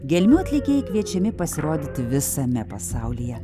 gelmių atlikėjai kviečiami pasirodyti visame pasaulyje